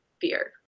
fear